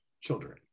Children